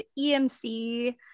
EMC